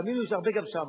תאמינו לי שיש הרבה גם שם.